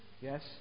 Yes